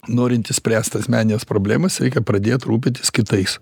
norint išspręst asmenines problemas reikia pradėt rūpytis kitais